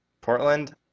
Portland